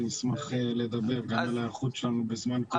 אז אני אשמח לדבר על ההיערכות שלנו בזמן קורונה